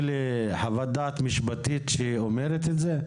לי חוות דעת משפטית שאומרת את זה?